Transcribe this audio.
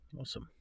Awesome